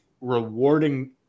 rewarding